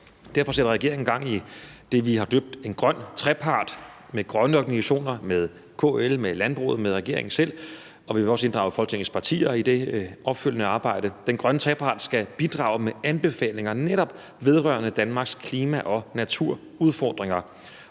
Derfor sætter regeringen gang i det, vi har døbt en grøn trepart med grønne organisationer, med KL, med landbruget og med regeringen selv, og vi vil også inddrage Folketingets partier i det opfølgende arbejde. Den grønne trepart skal bidrage med anbefalinger netop vedrørende Danmarks klima- og naturudfordringer.